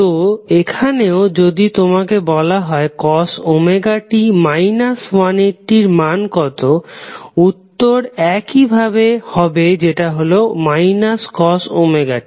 তো এখানেও যদি তোমাকে বলা হয় cos ωt 180 এর মান কত উত্তর একই হবে যেটা হল cos ωt